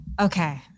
okay